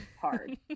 hard